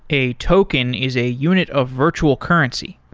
a token is a unit of virtual currency.